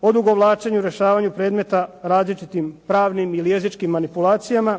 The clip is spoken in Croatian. odugovlačenje u rješavanju predmeta različitim pravnim ili jezičkim manipulacijama,